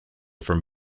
from